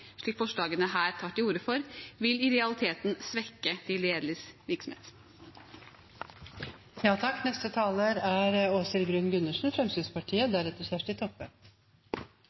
slik forslagene her tar til orde for, vil i realiteten svekke de ideelles virksomhet. For Fremskrittspartiet er det viktig å